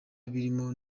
birimo